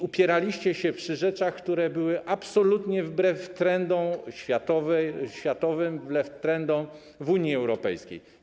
Upieraliście się przy rzeczach, które były absolutnie wbrew trendom światowym, wbrew trendom w Unii Europejskiej.